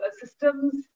systems